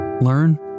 learn